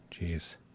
Jeez